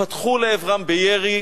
פתחו לעברם בירי